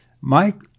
Mike